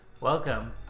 welcome